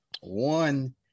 one